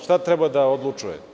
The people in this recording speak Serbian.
Šta treba da odlučuje?